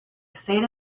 state